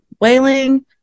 Wailing